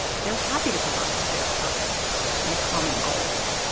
they're happy to provide a shared purpose and a common goal.